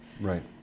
Right